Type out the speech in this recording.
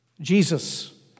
Jesus